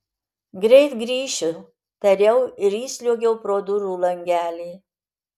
greit grįšiu tariau ir įsliuogiau pro durų langelį